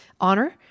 honor